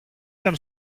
ήταν